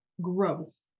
growth